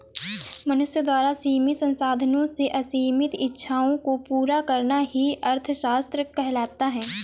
मनुष्य द्वारा सीमित संसाधनों से असीमित इच्छाओं को पूरा करना ही अर्थशास्त्र कहलाता है